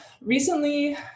Recently